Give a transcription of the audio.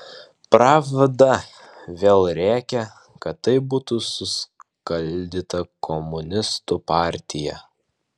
pravda vėl rėkia kad taip būtų suskaldyta komunistų partija